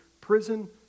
prison